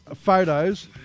photos